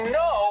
no